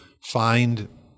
find